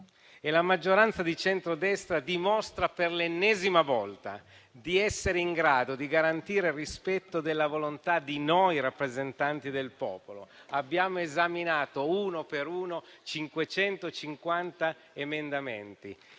e la maggioranza di centrodestra dimostra per l'ennesima volta di essere in grado di garantire il rispetto della volontà di noi rappresentanti del popolo: abbiamo esaminato uno per uno 550 emendamenti